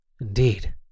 Indeed